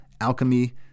alchemy